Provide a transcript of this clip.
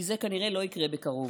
כי זה כנראה לא יקרה בקרוב.